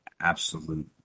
absolute